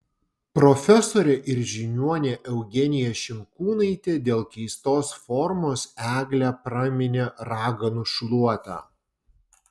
profesorė ir žiniuonė eugenija šimkūnaitė dėl keistos formos eglę praminė raganų šluota